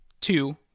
two-